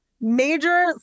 major